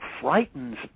frightens